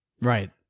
Right